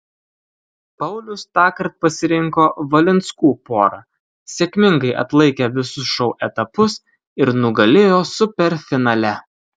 paulius tąkart pasirinko valinskų porą sėkmingai atlaikė visus šou etapus ir nugalėjo superfinale